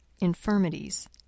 infirmities